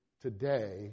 today